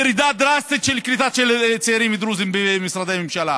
ירידה דרסטית בקליטת צעירים דרוזים במשרדי ממשלה.